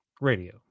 Radio